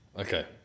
Okay